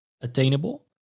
attainable